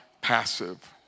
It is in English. passive